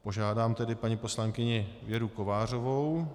Požádám tedy paní poslankyni Věru Kovářovou.